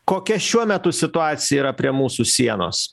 kokia šiuo metu situacija yra prie mūsų sienos